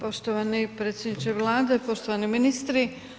Poštovani predsjedniče Vlade, poštovani ministri.